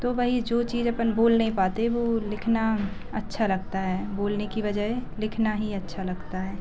तो वही जो चीज़ अपन बोल नहीं पाते वो लिखना अच्छा लगता है बोलने की बजाय लिखना ही अच्छा लगता है